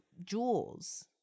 jewels